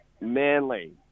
manly